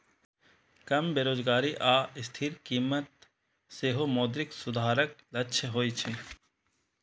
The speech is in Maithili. कम बेरोजगारी आ स्थिर कीमत सेहो मौद्रिक सुधारक लक्ष्य होइ छै